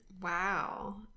Wow